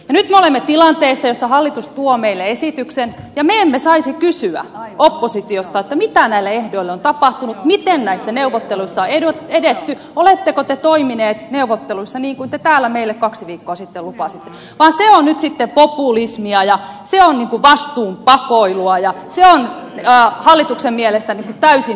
nyt me olemme tilanteessa jossa hallitus tuo meille esityksen ja me emme oppositiosta saisi kysyä mitä näille ehdoille on tapahtunut miten näissä neuvotteluissa on edetty oletteko te toiminut neuvotteluissa niin kuin te täällä meille kaksi viikkoa sitten lupasitte vaan se on nyt sitten populismia ja se on vastuunpakoilua ja se on hallituksen mielestä täysin väärää toimintaa